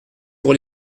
pour